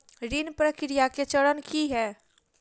ऋण प्रक्रिया केँ चरण की है?